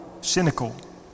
cynical